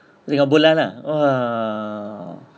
tengok bola lah !wah!